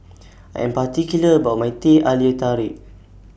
I'm particular about My Teh Halia Tarik